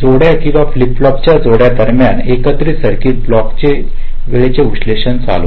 जोड्या किंवा flip flop च्या जोडी दरम्यान एकत्रित सर्किट ब्लॉकवर वेळेचे विश्लेषण चालवतो